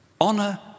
Honor